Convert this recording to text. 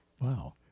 Wow